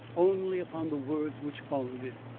only upon the words which followed it.